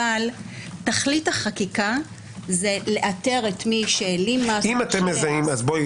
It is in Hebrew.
אבל תכלית החקיקה היא לאתר את מי שהעלים מס או לא שילם מס.